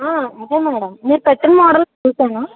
అదే మేడమ్ మీరు పెట్టిన మోడల్స్ చూసాను